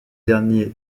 dernier